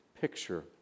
picture